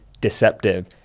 deceptive